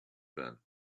been